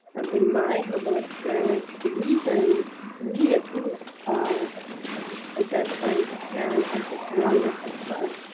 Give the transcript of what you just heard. um in my humble experience, the reason we at booth are identifying japan as this wonderful club,